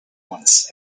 once